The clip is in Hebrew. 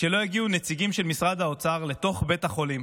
שלא יגיעו נציגים של משרד האוצר לתוך בית החולים